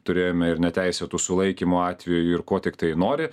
turėjome ir neteisėtų sulaikymo atvejų ir ko tiktai nori